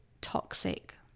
toxic